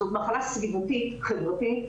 זו מחלה סביבתית, חברתית.